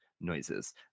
noises